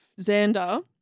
Xander